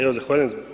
Evo zahvaljujem.